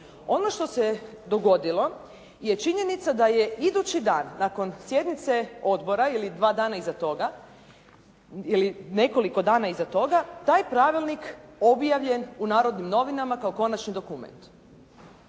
Ono što se dogodilo je činjenica da je idući dan nakon sjednice Odbora ili dva dana iza toga ili nekoliko dana iza toga taj pravilnik objavljen u Narodnim novinama kao konačni dokument.